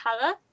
color